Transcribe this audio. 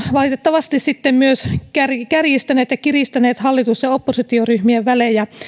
valitettavasti sitten myös kärjistäneet ja kiristäneet hallitus ja oppositioryhmien välejä